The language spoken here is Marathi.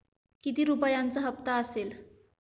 किती रुपयांचा हप्ता असेल?